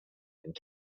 and